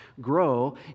grow